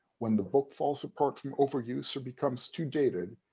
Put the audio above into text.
when the book falls apart from overuse or becomes too dated,